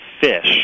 fish